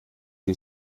sie